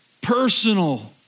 personal